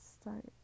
start